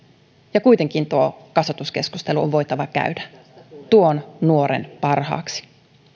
ja kuitenkin tuo kasvatuskeskustelu on voitava käydä tuon nuoren parhaaksi